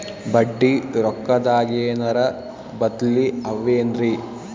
ಬಡ್ಡಿ ರೊಕ್ಕದಾಗೇನರ ಬದ್ಲೀ ಅವೇನ್ರಿ?